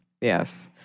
Yes